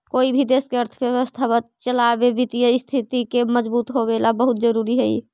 कोई भी देश के अर्थव्यवस्था चलावे वित्तीय स्थिति के मजबूत होवेला बहुत जरूरी हइ